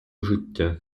життя